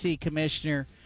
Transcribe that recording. Commissioner